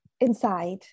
inside